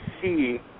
see